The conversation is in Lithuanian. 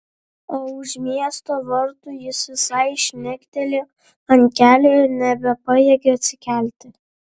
o už miesto vartų jis visai žnektelėjo ant kelio ir nebepajėgė atsikelti